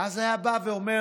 ואז היה בא ואומר: